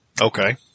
Okay